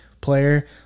player